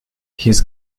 his